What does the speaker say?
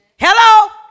Hello